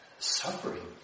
suffering